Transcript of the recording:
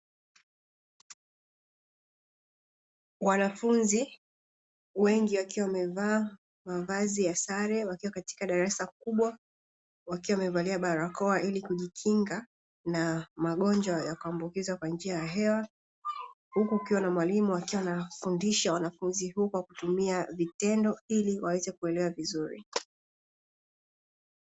Wanafunzi wengi wakiwa wamevaa mavazi ya sare wakiwa katika darasa kubwa, wakiwa wamevalia barakoa ili kujikinga na magonjwa ya kuambukiza kwa njia ya hewa. Huku kukiwa na mwalimu akiwa anafundisha wanafunzi kwa kutumia vitendo ili waweze kuelewa vizuri.